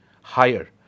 higher